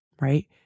right